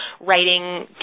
writing